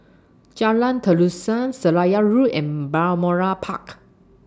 Jalan Terusan Seraya Road and Balmoral Park